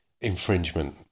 infringement